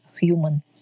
human